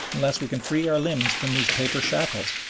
unless we can free our limbs from these paper shackles.